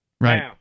Right